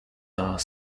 are